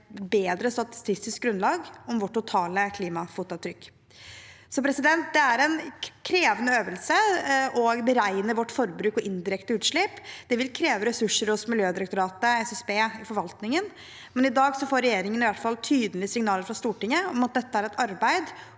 bedre statistisk grunnlag for vårt totale klimafotavtrykk. Det er en krevende øvelse å beregne vårt forbruk og indirekte utslipp. Det vil kreve ressurser hos Miljødirektoratet, SSB og i forvaltningen, men i dag får regjeringen i hvert fall tydelige signaler fra Stortinget om at dette er et arbeid